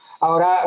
Ahora